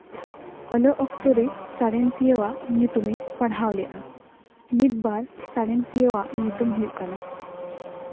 ᱚᱞᱚᱜ ᱚᱠᱛᱚ ᱨᱮ ᱥᱟᱬᱮᱥᱤᱭᱟᱹᱣᱟᱜ ᱧᱩᱛᱩᱢ ᱤᱧ ᱯᱟᱲᱦᱟᱣ ᱞᱮᱫᱼᱟ ᱢᱤᱫᱵᱟᱨ ᱥᱟᱬᱮᱥᱤᱭᱟᱹᱣᱟᱜ ᱧᱩᱛᱩᱢ ᱦᱩᱭᱩᱜ ᱠᱟᱱᱟ